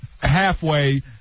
halfway